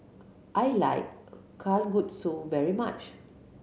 I like Kalguksu very much